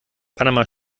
panama